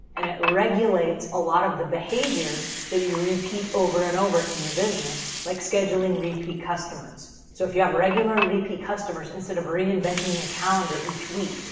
and it regulates a lot of the behaviors that you repeat over and over in your business, like scheduling repeat customers. so, if you have regular repeat customers, instead of reinventing your calendar each week,